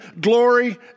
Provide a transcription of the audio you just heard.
glory